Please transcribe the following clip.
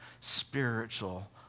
spiritual